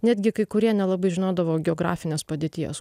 netgi kai kurie nelabai žinodavo geografinės padėties